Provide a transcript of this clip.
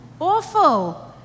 awful